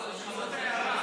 זו ההערה.